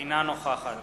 אינה נוכחת